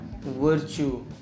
virtue